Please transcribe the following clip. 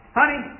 honey